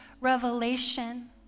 revelation